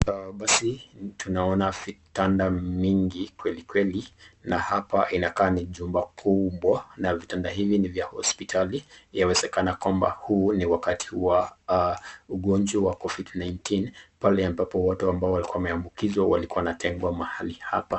Hapa basi tunaona vitanda mingi kweli kweli ,na hapa inakaa ni jumba kubwa, na vitanda hivi ni vya hospitali .Yawezekana kwamba huu ni wakati wa ugonjwa wa cs[Covid-19]cs ,pale ambapo watu ambao walikuwa wameambukizwa walikuwa wanatengwa mahali hapa.